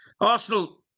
Arsenal